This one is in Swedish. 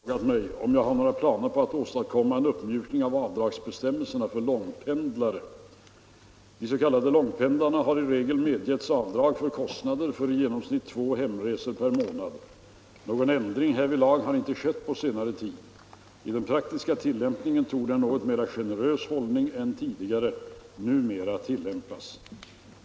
Yukpenning Jor Herr talman! Herr Mossberg har frågat mig om jag har några planer obetalda skatter m.m. på att åstadkomma en uppmjukning av avdragsbestämmelserna för långpendlare. De s.k. långpendlarna har i regel medgetts avdrag för kostnader för i genomsnitt två hemresor per månad. Någon ändring härvidlag har inte skett på senare tid. I den praktiska tillämpningen torde en något mer generös hållning än tidigare numera tillämpas.